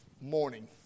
morning